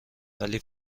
ولی